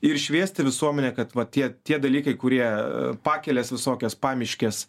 ir šviesti visuomenę kad va tie tie dalykai kurie pakelės visokios pamiškės